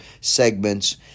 segments